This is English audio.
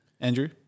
Andrew